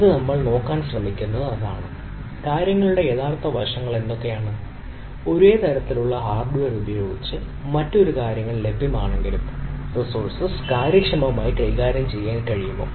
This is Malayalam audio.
ഇന്ന് നമ്മൾ നോക്കാൻ ശ്രമിക്കുന്നത് അതാണ് കാര്യങ്ങളുടെ വ്യത്യസ്ത വശങ്ങൾ എന്തൊക്കെയാണ് ഒരേ തരത്തിലുള്ള ഹാർഡ്വെയർ ഉപയോഗിച്ച് മറ്റൊരു കാര്യങ്ങൾ ലഭ്യമാണെങ്കിലും റിസോഴ്സ് കാര്യക്ഷമമായി കൈകാര്യം ചെയ്യാൻ കഴിയുമോ